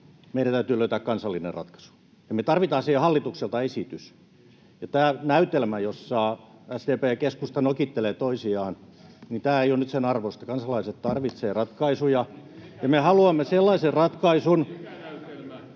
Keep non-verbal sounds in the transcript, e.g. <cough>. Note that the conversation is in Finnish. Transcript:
meidän täytyy löytää kansallinen ratkaisu, ja me tarvitaan siihen hallitukselta esitys. Tämä näytelmä, jossa SDP ja keskusta nokittelevat toisiaan, tämä ei nyt ole sen arvoista. Kansalaiset tarvitsevat ratkaisuja, <noise>